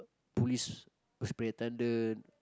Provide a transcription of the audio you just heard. police superintendent